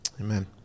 amen